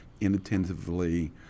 inattentively